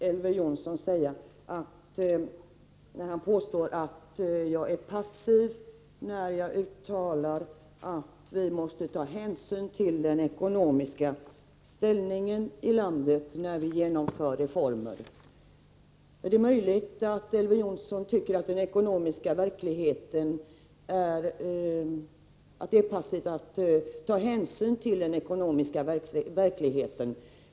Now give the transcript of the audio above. Elver Jonsson påstår att jag är passiv när jag uttalar att vi måste ta hänsyn till den ekonomiska ställningen i landet när vi genomför reformer. Det är möjligt att Elver Jonsson tycker att det är passivt att ta hänsyn till den ekonomiska verkligheten.